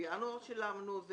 בינואר שילמנו.